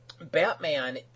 Batman